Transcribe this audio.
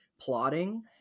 plotting